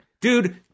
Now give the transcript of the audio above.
dude